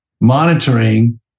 monitoring